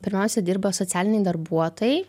pirmiausia dirba socialiniai darbuotojai